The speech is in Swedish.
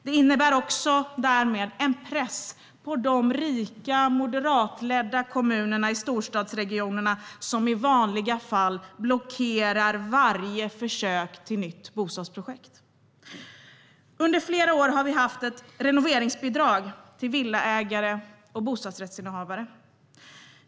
Det innebär därmed också en press på de rika moderatledda kommunerna i storstadsregionerna som i vanliga fall blockerar varje försök till nytt bostadsprojekt. Under flera år har vi haft ett renoveringsbidrag till villaägare och bostadsrättshavare.